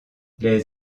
les